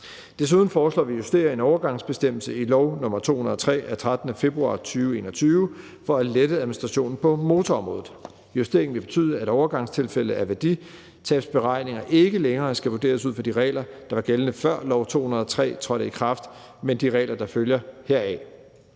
Desuden foreslår vi at justere en overgangsbestemmelse i lov nr. 203 af 13. februar 2021 for at lette administrationen på motorområdet. Justeringen vil betyde, at overgangstilfælde af værditabsberegninger ikke længere skal vurderes ud fra de regler, der var gældende, før lov nr. 203 trådte i kraft, men de regler, der følger heraf.